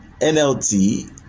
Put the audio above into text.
NLT